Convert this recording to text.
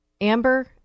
Amber